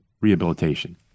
rehabilitation